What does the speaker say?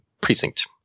precinct